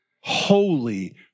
holy